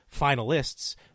finalists